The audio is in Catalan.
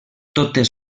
totes